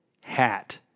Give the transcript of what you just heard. hat